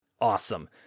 Awesome